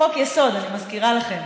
חוק-יסוד, אני מזכירה לכם.